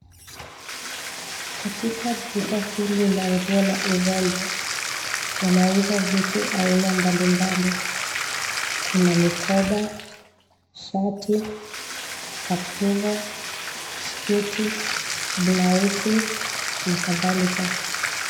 Katikati duka hili la nguo na urembo, wanauza vitu mbalimbali. Kuna mikoba, shati, kaptura, sketi blausi na kadhalika.